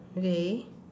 okay